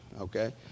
okay